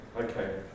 okay